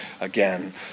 again